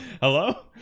hello